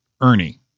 Ernie